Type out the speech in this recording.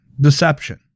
deception